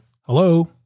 Hello